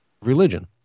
religion